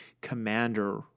commander